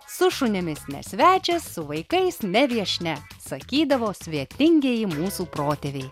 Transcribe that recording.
su šunimis ne svečias su vaikais ne viešnia sakydavo svetingieji mūsų protėviai